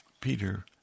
Peter